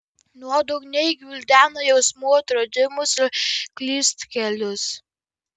nuodugniai gvildena jausmų atradimus ir klystkelius